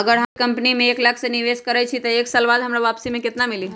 अगर हम कोई कंपनी में एक लाख के निवेस करईछी त एक साल बाद हमरा वापसी में केतना मिली?